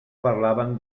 parlaven